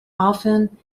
often